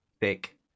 thick